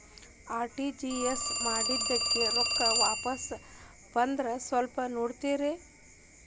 RTGS ಮಾಡಿದ್ದೆ ರೊಕ್ಕ ವಾಪಸ್ ಬಂದದ್ರಿ ಸ್ವಲ್ಪ ನೋಡ್ತೇರ?